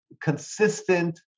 consistent